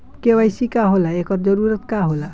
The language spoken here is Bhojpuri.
के.वाइ.सी का होला एकर जरूरत का होला?